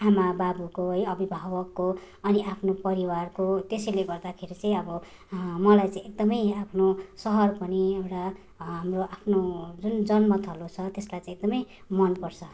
आमाबाबाको है अभिभावकको अनि आफ्नो परिवारको त्यसैले गर्दाखेरि चाहिँ अब मलाई चाहिँ एकदमै आफ्नो सहर पनि एउटा हाम्रो आफ्नो जुन जन्मथलो छ त्यसलाई चाहिँ एकदमै मन पर्छ